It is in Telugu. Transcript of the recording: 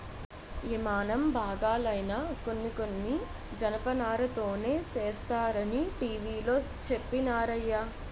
యిమానం బాగాలైనా కొన్ని కొన్ని జనపనారతోనే సేస్తరనీ టీ.వి లో చెప్పినారయ్య